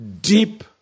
deep